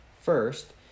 First